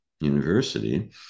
University